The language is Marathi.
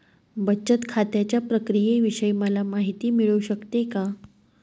बचत खात्याच्या प्रक्रियेविषयी मला माहिती मिळू शकते का?